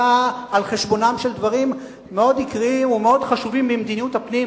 באה על-חשבונם של דברים מאוד עיקריים ומאוד חשובים ממדיניות הפנים,